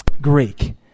Greek